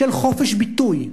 של חופש הביטוי,